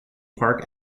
park